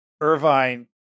Irvine